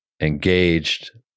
engaged